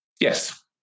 Yes